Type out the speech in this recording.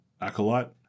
acolyte